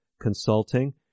Consulting